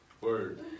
word